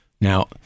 Now